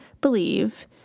believe